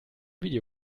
video